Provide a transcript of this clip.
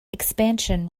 expansion